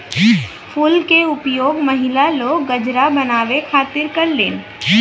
फूल के उपयोग महिला लोग गजरा बनावे खातिर करलीन